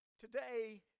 Today